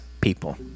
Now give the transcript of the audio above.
people